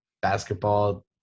basketball